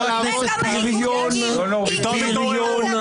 אתה בריון.